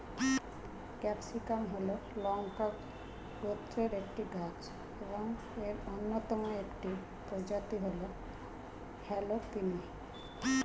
capsicum হল লঙ্কা গোত্রের একটি গাছ এবং এর অন্যতম একটি প্রজাতি হল হ্যালাপিনো